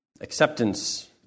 Acceptance